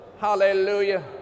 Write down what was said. Hallelujah